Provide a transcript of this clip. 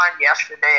yesterday